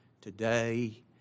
today